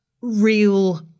real